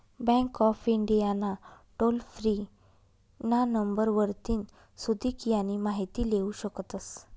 bank of India ना toll free ना number वरतीन सुदीक यानी माहिती लेवू शकतस